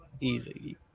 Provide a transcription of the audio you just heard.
easy